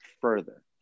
further